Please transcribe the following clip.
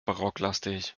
barocklastig